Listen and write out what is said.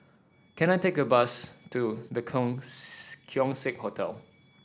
can I take a bus to The Keong Saik Hotel